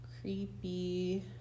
creepy